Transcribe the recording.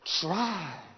Try